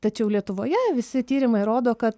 tačiau lietuvoje visi tyrimai rodo kad